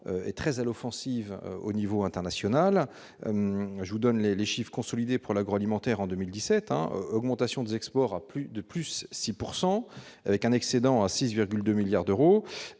et très à l'offensive au niveau international, je vous donne les les chiffre consolidé pour l'agroalimentaire en 2017 hein, augmentation des exports à plus de plus 6 pourcent avec un excédent à 6,2 milliards d'euros